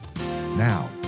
Now